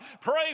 Pray